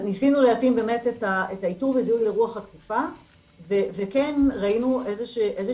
ניסינו להתאים באמת את האיתור וזיהוי לרוח התקופה וכן ראינו איזושהי